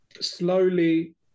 slowly